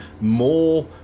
more